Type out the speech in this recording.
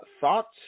Thoughts